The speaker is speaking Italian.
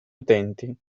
utenti